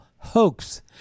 hoax